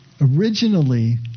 Originally